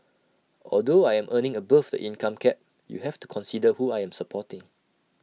although I am earning above the income cap you have to consider who I am supporting